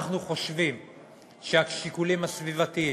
אנחנו חושבים שהשיקולים הסביבתיים,